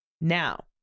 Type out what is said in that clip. Now